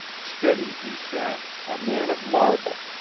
steady he sat, a man of marble,